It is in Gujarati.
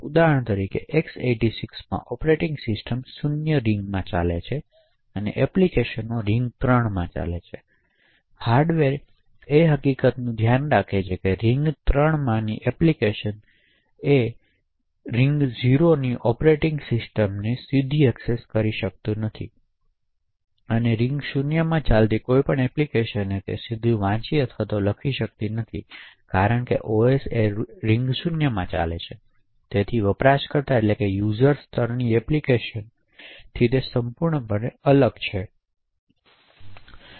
ઉદાહરણ તરીકે x86 માં ઑપરેટિંગ સિસ્ટમ રીંગ શૂન્યમાં ચાલે છે અને એપ્લિકેશનો રિંગ ત્રણમાં ચાલે છે હાર્ડવેર એ હકીકતનું ધ્યાન રાખે છે કે રીંગ ત્રણમાંની એપ્લિકેશનો સીધી એક્સેસ કરી શકતી નથી રીંગ શૂન્યમાં ચાલતી કોઈપણ એપ્લિકેશનને સીધી વાંચી અથવા લખી શકતી નથી કારણ કે ઓએસ રીંગ શૂન્યમાં ચાલે છે તેથી તે વપરાશકર્તા સ્તરની એપ્લિકેશન્સથી સંપૂર્ણપણે અલગ છે જે ત્રણ રિંગમાં ચાલી રહ્યું છે